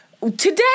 today